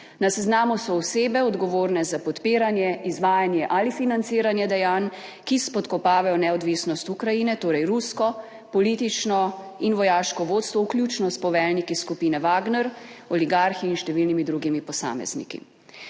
Na seznamu so osebe, odgovorne za podpiranje, izvajanje ali financiranje dejanj, ki spodkopavajo neodvisnost Ukrajine, torej rusko politično in vojaško vodstvo, vključno s poveljniki skupine Wagner, oligarhi in številnimi drugimi posamezniki.